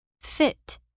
fit